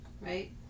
Right